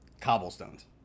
Cobblestones